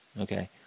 okay